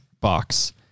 box